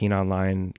online